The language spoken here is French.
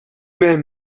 mêmes